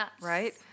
right